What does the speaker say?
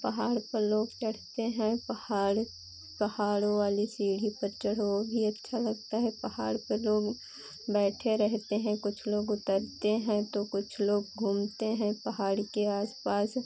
पहाड़ पर लोग चढ़ते हैं पहाड़ पहाड़ों वाली सीढ़ी पर चढ़ो वह भी अच्छा लगता है पहाड़ पर लोग बैठे रहते हैं कुछ लोग उतरते हैं तो कुछ लोग घूमते हैं पहाड़ के आस पास